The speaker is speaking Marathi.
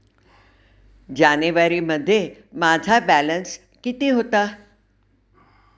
जानेवारीमध्ये माझा बॅलन्स किती होता?